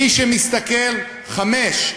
מי שמסתכל חמש,